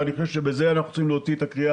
ואני חושב שאנחנו צריכים להוציא את הקריאה